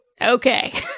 Okay